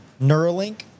Neuralink